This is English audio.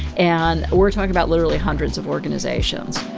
and we're talking about literally hundreds of organizations.